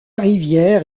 rivière